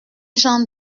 jean